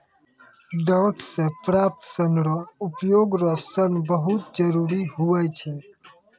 डांट से प्राप्त सन रो उपयोग रो सन बहुत जरुरी हुवै छै